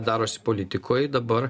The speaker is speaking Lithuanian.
darosi politikoj dabar